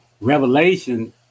revelation